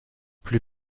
plus